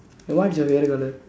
eh what is your favourite colour